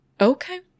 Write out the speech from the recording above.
Okay